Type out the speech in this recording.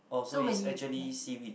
oh so it's actually seaweed